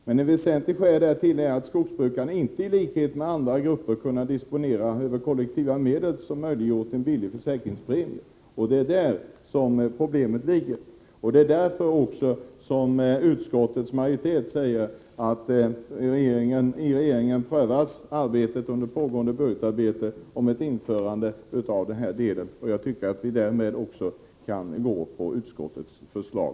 Men ett väsentligt skäl till detta är att skogsbrukarna inte i likhet med andra grupper kunnat disponera över kollektiva medel som möjliggjort en billig försäkringspremie. Det är där problemet ligger. Det är också därför som utskottsmajoriteten säger att frågan om ett införande av den här kompletteringen prövas i regeringens pågående budgetarbete. Jag tycker att vi därmed skulle kunna ställa oss bakom utskottets förslag.